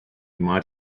might